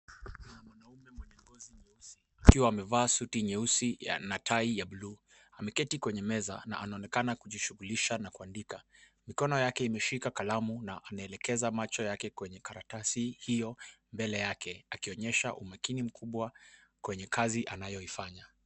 Mwanamume mwenye ngozi nyeusi akiwa amevaa suti nyeusi na ya tie ya bluu. Ameketi kwenye meza na anaonekana kujishughulisha na kuandika. Mikono yake imeshika kalamu na anaelekeza macho yake kwenye karatasi hio mbele yake, akionyesha umakini mkubwa kwenye kazi anayoifanya.